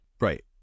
Right